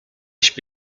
śpi